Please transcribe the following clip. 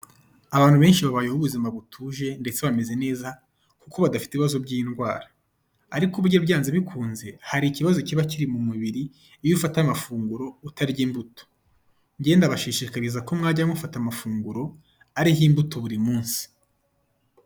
Abantu benshi babayeho ubuzima butuje ndetse bameze neza kuko badafite ibibazo by'indwara, ariko burya byanze bikunze hari ikibazo kiba kiri mu mubiri iyo ufata amafunguro utarya imbuto, njye ndabashishikariza ko mwajya mufata amafunguro ariho imbuto buri munsi.